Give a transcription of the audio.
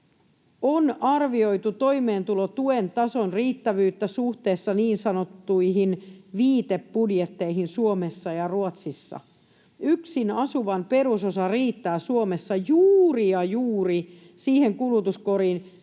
on arvioitu toimeentulotuen tason riittävyyttä suhteessa niin sanottuihin viitebudjetteihin Suomessa ja Ruotsissa. Yksin asuvan perusosa riittää Suomessa juuri ja juuri siihen kulutuskoriin,